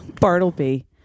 Bartleby